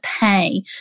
pay